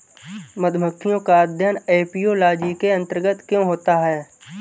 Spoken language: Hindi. मधुमक्खियों का अध्ययन एपियोलॉजी के अंतर्गत क्यों होता है?